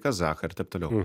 kazachai ir taip toliau